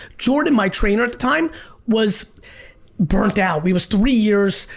jordan, my trainer at the time was burnt out. we was three years.